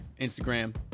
instagram